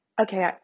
Okay